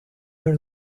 her